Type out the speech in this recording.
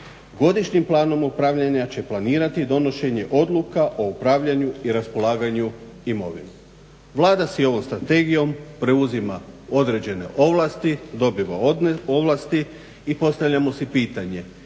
Godišnjim planom upravljanja će planirati donošenje odluka o upravljanju i raspolaganju imovinom. Vlada si ovom strategijom preuzima određene ovlasti, dobiva ovlasti i postavljamo si pitanje